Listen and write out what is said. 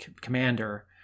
commander